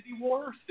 War